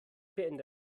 beendet